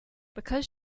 because